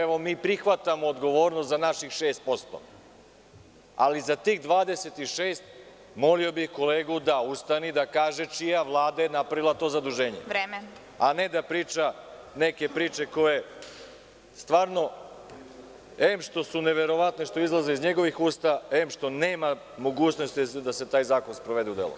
Evo, mi prihvatamo odgovornost za naših 6%, ali za tih 26% molio bih kolegu da ustane i kaže čija je Vlada napravila to zaduženje, a ne da priča neke priče koje stvarno em što su neverovatne što izlaze iz njegovih usta, em što nema mogućnosti da se taj zakon sprovede u delo.